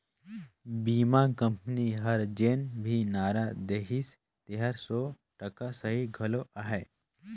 बीमा कंपनी हर जेन भी नारा देहिसे तेहर सौ टका सही घलो अहे